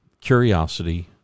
curiosity